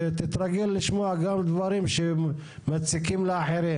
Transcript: תתרגל לשמוע גם דברים שמציקים לאחרים.